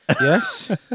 Yes